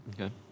Okay